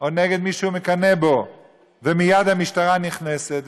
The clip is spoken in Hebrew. או נגד מי שהוא מקנא בו ומייד המשטרה נכנסת.